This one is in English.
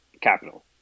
capital